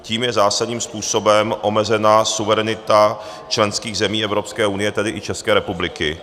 Tím je zásadním způsobem omezena suverenita členských zemí Evropské unie, tedy i České republiky.